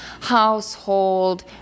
household